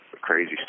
crazy